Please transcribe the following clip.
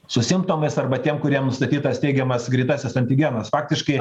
su simptomais arba tiem kuriem nustatytas teigiamas greitasis antigenas faktiškai